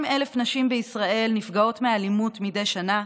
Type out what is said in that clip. נכון להיום יותר מ-200,000 נשים בישראל נפגעות מאלימות מדי שנה,